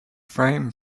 frame